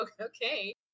Okay